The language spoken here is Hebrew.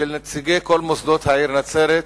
נציגי כל מוסדות העיר נצרת,